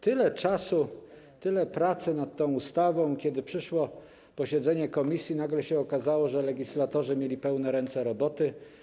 Tyle czasu, tyle pracy nad tą ustawą, a kiedy zaczęło się posiedzenie komisji, nagle się okazało, że legislatorzy mieli pełne ręce roboty.